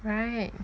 right